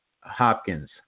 Hopkins